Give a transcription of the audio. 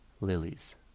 Lilies